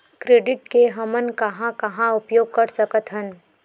Credit के हमन कहां कहा उपयोग कर सकत हन?